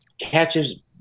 catches